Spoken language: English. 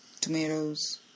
tomatoes